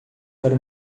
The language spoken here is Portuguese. para